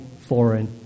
foreign